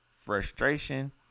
frustration